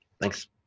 Thanks